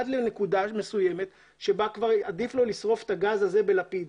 עד לנקודה מסוימת שבה עדיף לו לשרוף את הגז הזה בלפיד.